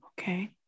Okay